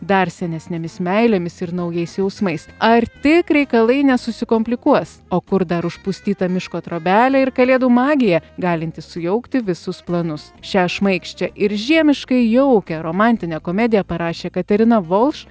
dar senesnėmis meilėmis ir naujais jausmais ar tik reikalai nesusikomplikuos o kur dar užpustyta miško trobelė ir kalėdų magija galinti sujaukti visus planus šią šmaikščią ir žiemiškai jaukią romantinę komediją parašė katerina volš